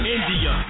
India